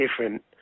different